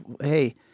hey